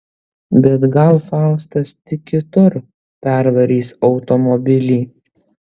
bet gal faustas tik kitur pervarys automobilį